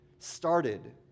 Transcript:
started